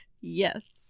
Yes